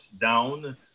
down